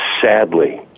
sadly